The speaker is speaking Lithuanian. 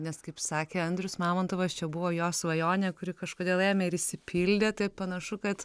nes kaip sakė andrius mamontovas čia buvo jo svajonė kuri kažkodėl ėmė ir išsipildė tai panašu kad